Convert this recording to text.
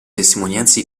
testimonianze